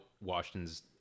Washington's